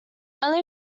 only